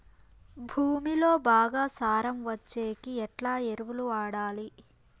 భూమిలో బాగా సారం వచ్చేకి ఎట్లా ఎరువులు వాడాలి?